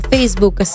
Facebook